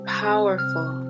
powerful